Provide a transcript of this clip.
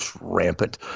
rampant